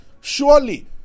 surely